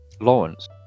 Lawrence